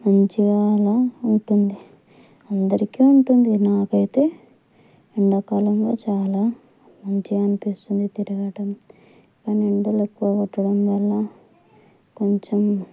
మంచిగా అలా ఉంటుంది అందరికీ ఉంటుంది నాకు అయితే ఎండా కాలంలో చాలా మంచిగా అనిపిస్తుంది తిరగటం కానీ ఎండలు ఎక్కువ కొట్టడం వల్ల కొంచెం